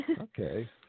okay